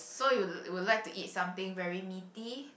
so you would like to eat something very meaty